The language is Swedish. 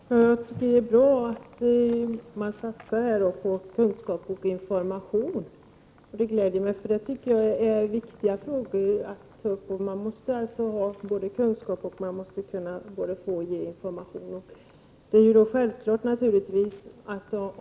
Fru talman! Jag tycker att det är bra att man satsar på kunskap och information. Det gläder mig, för det här är viktiga frågor att ta upp. Man måste ha kunskap och kunna både få och ge information.